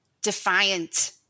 Defiant